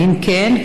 אם כן,